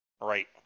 Right